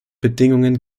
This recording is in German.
bedingungen